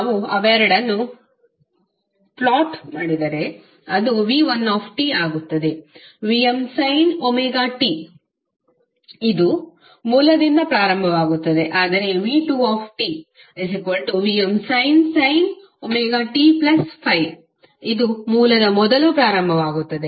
ನಾವು ಅವೆರಡನ್ನೂ ಪ್ಲಾಟ್ ಮಾಡಿದರೆ ಇದು v1t ಆಗುತ್ತದೆ Vm sin omega t ಇದು ಮೂಲದಿಂದ ಪ್ರಾರಂಭವಾಗುತ್ತದೆ ಆದರೆ v2tVmsin ωt∅ ಇದು ಮೂಲದ ಮೊದಲು ಪ್ರಾರಂಭವಾಗುತ್ತದೆ